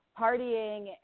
partying